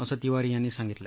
असं तिवारी यांनी सांगितलं